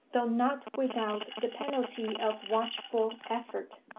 though not without the penalty of watchful effort.